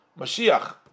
Mashiach